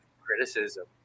criticism